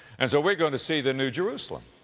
and so we're going to see the new jerusalem.